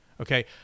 Okay